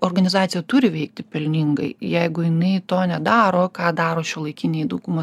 organizacija turi veikti pelningai jeigu jinai to nedaro ką daro šiuolaikiniai dauguma